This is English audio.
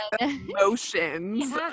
Emotions